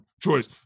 choice